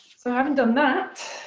so i having done that,